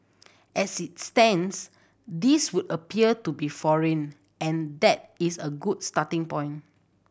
as it stands these would appear to be foreign and that is a good starting point